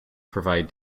provide